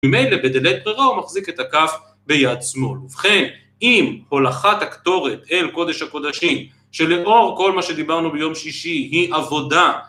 ממילא בלית ברירה הוא מחזיק את הכף ביד שמאל ובכן אם הולכת הקטורת אל קודש הקודשים שלאור כל מה שדיברנו ביום שישי היא עבודה